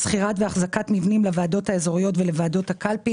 שכירת והחזקת מבנים לוועדות האזוריות ולוועדות הקלפי